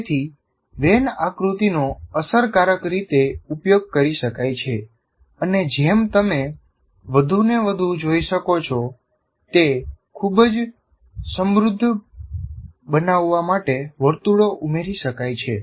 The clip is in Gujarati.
તેથી વેન આકૃતિનો અસરકારક રીતે ઉપયોગ કરી શકાય છે અને જેમ તમે વધુને વધુ જોઈ શકો છો તે ખૂબ જ સમૃદ્ધ બનાવવા માટે વર્તુળો ઉમેરી શકાય છે